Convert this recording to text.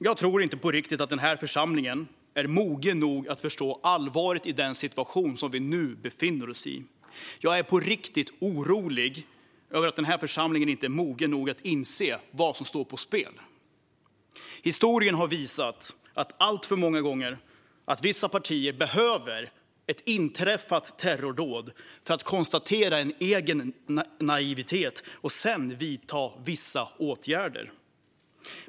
Jag tror inte på riktigt att den här församlingen är mogen nog att förstå allvaret i den situation som vi nu befinner oss i. Jag är på riktigt orolig över att den här församlingen inte är mogen nog att inse vad som står på spel. Historien har alltför många gånger visat att vissa partier behöver ett inträffat terrordåd för att konstatera en egen naivitet och sedan vidta vissa åtgärder.